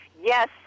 yes